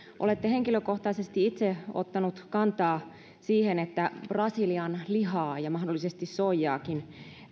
olette henkilökohtaisesti itse ottanut kantaa siihen että brasilian lihaa ja mahdollisesti soijaakin